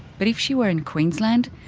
but if she were in queensland,